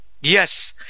Yes